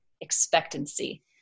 expectancy